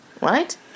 right